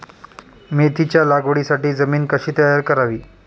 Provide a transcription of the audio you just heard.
मेथीच्या लागवडीसाठी जमीन कशी तयार करावी?